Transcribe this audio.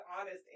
honest